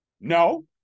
No